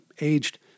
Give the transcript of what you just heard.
aged